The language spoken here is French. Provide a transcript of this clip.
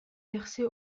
percée